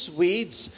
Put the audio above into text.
weeds